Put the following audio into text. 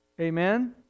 Amen